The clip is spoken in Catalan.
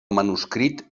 manuscrit